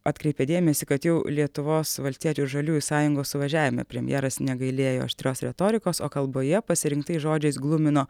atkreipė dėmesį kad jau lietuvos valstiečių ir žaliųjų sąjungos suvažiavime premjeras negailėjo aštrios retorikos o kalboje pasirinktais žodžiais glumino